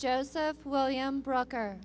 joseph william brucker